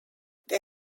they